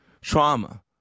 Trauma